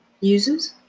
users